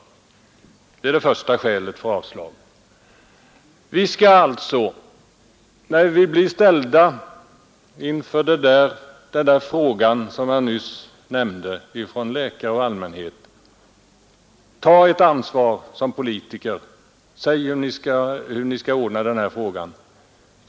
Det är det första skälet för avslag. Vi skall alltså när vi av läkare och allmänhet blir ställda inför den fråga som jag nyss nämnde ta ett ansvar som politiker. Säg hur Ni skall ordna denna sak!